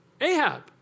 Ahab